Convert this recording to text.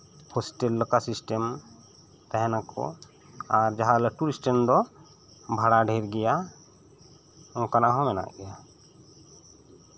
hostel ᱞᱮᱠᱟ system ᱛᱟᱦᱮᱸ ᱱᱟᱠᱚ ᱟᱨ ᱡᱟᱦᱟᱸ ᱞᱟᱹᱴᱩ ᱥᱴᱮᱱ ᱫᱚ ᱵᱷᱟᱲᱟ ᱫᱷᱮᱨ ᱜᱮᱭᱟ ᱱᱚᱝᱠᱟᱱᱟ ᱦᱚᱸ ᱢᱮᱱᱟᱜ ᱜᱮᱭᱟ